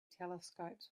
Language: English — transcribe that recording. telescopes